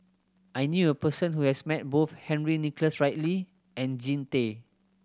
I knew a person who has met both Henry Nicholas Ridley and Jean Tay